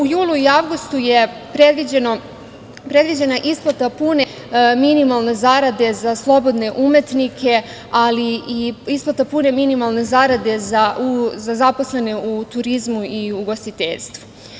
U julu i avgustu je predviđena isplata pune minimalne zarade za slobodne umetnike, ali i isplata pune minimalne zarade za zaposlene u turizmu i u ugostiteljstvu.